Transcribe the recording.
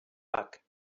back